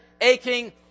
aching